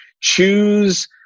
Choose